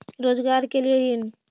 रोजगार के लिए ऋण?